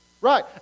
Right